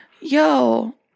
Yo